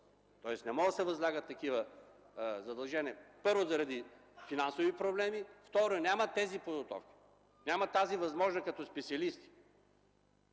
тоест не може да се възлагат такива задължения, първо заради финансови проблеми, второ – нямат тази подготовка, нямат тази възможност – като специалисти.